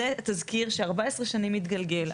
זה תזכיר שכבר 14 שנים מתגלגל.